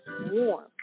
warm